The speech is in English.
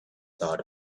thought